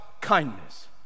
kindness